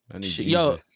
Yo